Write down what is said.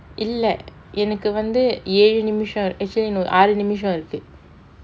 இல்ல எனக்கு வந்து ஏழு நிமிஷம்:illa enakku vanthu elu nimisham actually no ஆறு நிமிஷம் இருக்கு:aaru nimisham irukku